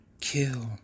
Kill